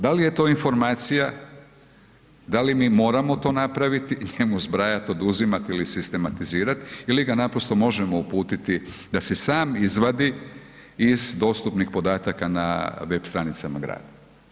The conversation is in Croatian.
Da li je to informacija, da li mi to moramo to napraviti i njemu zbrajati, oduzimati ili sistematizirati ili ga naprosto možemo uputiti da si sam izvadi iz dostupnih podataka na web stranicama grada.